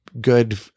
good